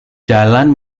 jalan